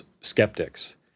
skeptics